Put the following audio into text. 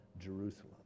Jerusalem